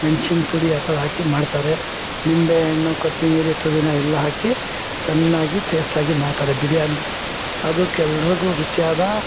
ಮೆಣ್ಶಿನ ಪುಡಿ ಆ ಥರ ಹಾಕಿ ಮಾಡ್ತಾರೆ ನಿಂಬೆಹಣ್ಣು ಕೊತ್ತಿಮಿರಿ ಪುದೀನ ಎಲ್ಲ ಹಾಕಿ ಚೆನ್ನಾಗಿ ಟೇಶ್ಟಾಗಿ ಮಾಡ್ತಾರೆ ಬಿರಿಯಾನಿ ಅದುಕ್ಕೆ ಎಲ್ರಿಗು ರುಚಿಯಾದ